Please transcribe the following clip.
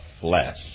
flesh